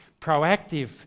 proactive